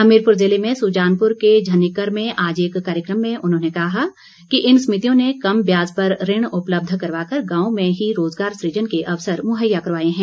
हमीरपुर जिले में सुजानपुर के झनिक्कर में आज एक कार्यक्रम में उन्होंने कहा कि इन समितियों ने कम ब्याज पर ऋण उपलब्ध करवाकर गांव में ही रोज़गार सृजन के अवसर मुहैया करवाए हैं